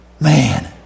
Man